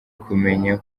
kumenya